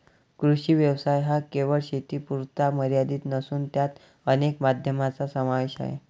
कृषी व्यवसाय हा केवळ शेतीपुरता मर्यादित नसून त्यात अनेक माध्यमांचा समावेश आहे